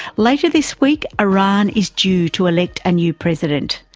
later this week iran is due to elect a new president,